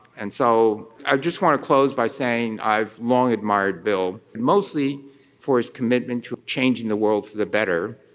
and so i just want to close by saying i've long admired bill, mostly for his commitment to changing the world for the better,